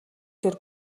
дээр